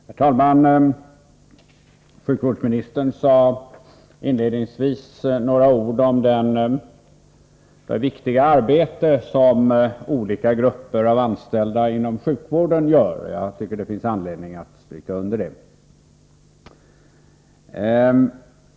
Herr talman! Sjukvårdsministern sade inledningsvis några ord om det viktiga arbete som utförs av olika grupper inom sjukvården. Jag tycker att det finns anledning att stryka under detta.